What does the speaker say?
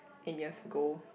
eight years ago